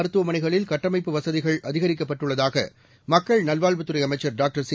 மருத்துவமனைகளில் கட்டமைப்பு வசதிகள் அதிகரிக்கப்பட்டுள்ளதாக மக்கள் நல்வாழ்வுத்துறை அமைச்சர் டாக்டர் சி